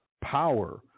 power